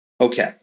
Okay